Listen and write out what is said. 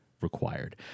required